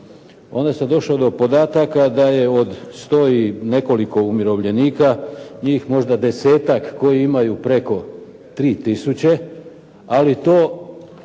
onda sam došao do podataka da je od sto i nekoliko umirovljenika, njih možda desetak koji imaju preko 3 tisuće. Ali to